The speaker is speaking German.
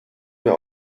mehr